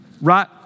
Right